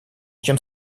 чем